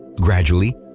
Gradually